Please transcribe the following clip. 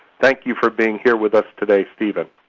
thank you for being here with us today, steven.